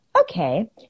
Okay